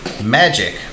magic